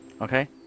Okay